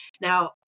Now